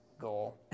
goal